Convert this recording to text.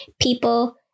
people